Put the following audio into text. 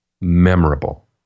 memorable